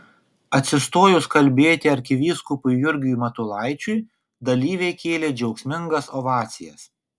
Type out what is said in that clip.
atsistojus kalbėti arkivyskupui jurgiui matulaičiui dalyviai kėlė džiaugsmingas ovacijas